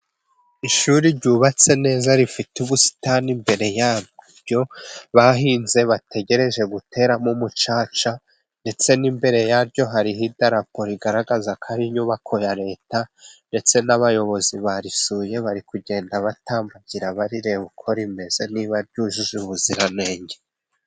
Ishuri ryubatse neza rifite ubusitani mbere yaryo， bahinze bategereje guteramo umucaca， ndetse n'imbere yaryo hari idarapo，rigaragaza ko ari inyubako ya Leta，ndetse n'abayobozi basuye bari kugenda batambagira， bareba uko rimeze niba ryujuje ubuziranenge.